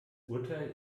urteil